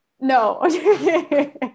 no